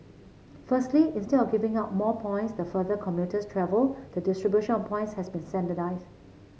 firstly instead of giving out more points the further commuters travel the distribution of points has been standardised